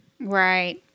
Right